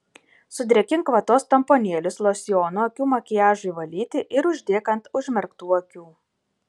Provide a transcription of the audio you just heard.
sudrėkink vatos tamponėlius losjonu akių makiažui valyti ir uždėk ant užmerktų akių